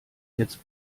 jetzt